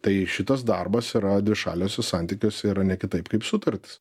tai šitas darbas yra dvišaliuose santykiuose yra ne kitaip kaip sutartys